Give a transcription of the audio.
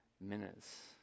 minutes